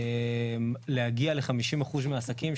להגיע ל-50% מהעסקים,